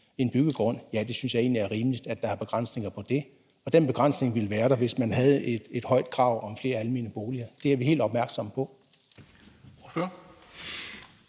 en byggegrund, og ja, det synes jeg egentlig er rimeligt at der er begrænsninger på, og den begrænsning ville være der, hvis man havde et højt krav om flere almene boliger. Det er vi helt opmærksomme på.